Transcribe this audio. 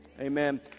Amen